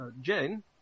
Jane